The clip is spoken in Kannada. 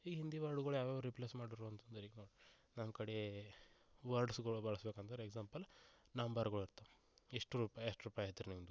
ಈ ಹಿಂದಿ ವರ್ಡ್ಗಳು ಯಾವ ಯಾವ ರಿಪ್ಲೇಸ್ ಮಾಡಿರ್ವಂಥದ್ ಈಗ ನಮ್ಮ ಕಡೆ ವರ್ಡ್ಸ್ಗಳು ಬಳಸ್ಬೇಕಂದ್ರೆ ಎಕ್ಸಾಂಪಲ್ ನಂಬರ್ಗಳು ಇರ್ತವೆ ಎಷ್ಟು ರುಪಾಯಿ ಅಷ್ಟು ರುಪಾಯಿ ಐತ್ರಿ ನಿಮ್ದು